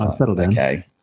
okay